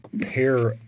pair